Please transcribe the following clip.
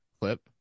clip